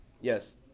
yes